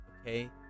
Okay